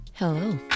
Hello